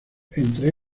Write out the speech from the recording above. entre